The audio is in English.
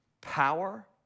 Power